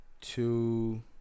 two